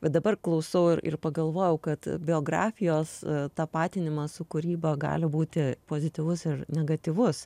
va dabar klausau ir pagalvojau kad biografijos tapatinimas su kūryba gali būti pozityvus ir negatyvus